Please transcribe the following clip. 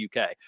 UK